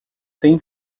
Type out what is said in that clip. têm